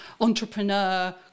entrepreneur